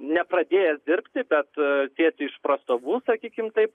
nepradėjęs dirbti bet tiesiai iš prastovų sakykim taip